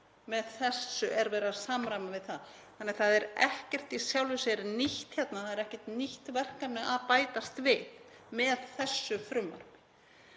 Með þessu er verið að samræma við það. Í sjálfu sér er ekkert nýtt hérna. Það er ekkert nýtt verkefni að bætast við með þessu frumvarpi.